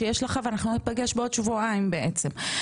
נפגש בעוד שבועיים בעצם.